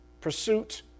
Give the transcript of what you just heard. Pursuit